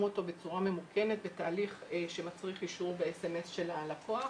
אותו בצורה ממוכנת בתהליך שמצריך אישור בסמס של הלקוח,